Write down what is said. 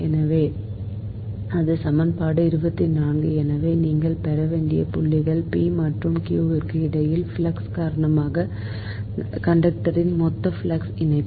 எனவே இது சமன்பாடு 24 எனவே நீங்கள் பெற வேண்டிய புள்ளிகள் p மற்றும் q க்கு இடையில் ஃப்ளக்ஸ் காரணமாக கண்டக்டரின் மொத்த ஃப்ளக்ஸ் இணைப்பு